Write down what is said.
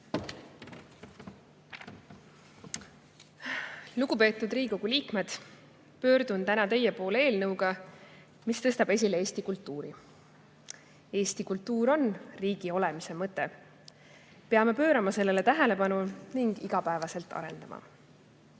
Lugupeetud Riigikogu liikmed! Pöördun täna teie poole eelnõuga, mis tõstab esile eesti kultuuri. Eesti kultuur on riigi olemise mõte. Peame pöörama sellele tähelepanu ning seda igapäevaselt arendama. Käesoleva